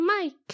Mike